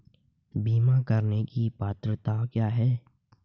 बीमा करने की पात्रता क्या है?